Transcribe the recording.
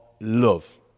love